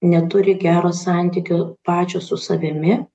neturi gero santykio pačio su savimi